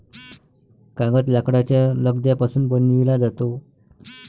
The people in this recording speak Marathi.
कागद लाकडाच्या लगद्यापासून बनविला जातो